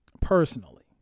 personally